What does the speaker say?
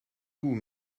vous